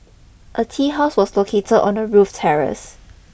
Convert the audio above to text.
a tea house was located on the roof terrace